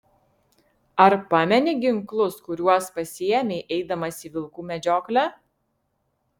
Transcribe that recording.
ar pameni ginklus kuriuos pasiėmei eidamas į vilkų medžioklę